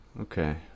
okay